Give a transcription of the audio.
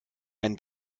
ein